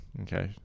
Okay